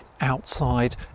outside